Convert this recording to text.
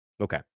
Okay